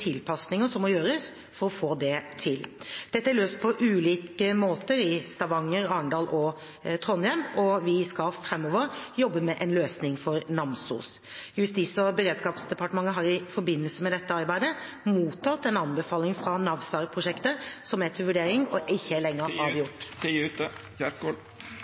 tilpasninger som må gjøres for å få det til. Dette er løst på ulike måter i Stavanger, Arendal og Trondheim, og vi skal framover jobbe med en løsning for Namsos. Justis- og beredskapsdepartementet har i forbindelse med dette arbeidet mottatt en anbefaling fra NAWSARH-prosjektet, som er til vurdering, men det er